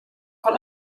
con